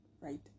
Right